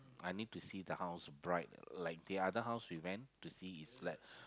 I need to see the house bright like the other house we went to see is like